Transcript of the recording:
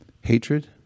Hatred